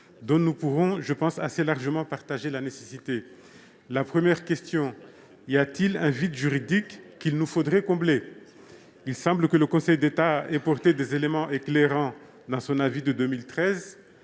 dont nous pourrons, me semble-t-il, assez largement partager la nécessité. Premièrement, y a-t-il un vide juridique à combler ? Il semble que le Conseil d'État ait apporté des éléments éclairants dans son avis de 2013,